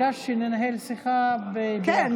ביקשת שננהל שיחה ביחד, כן.